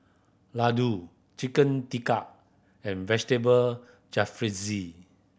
Ladoo Chicken Tikka and Vegetable Jalfrezi